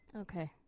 Okay